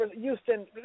Houston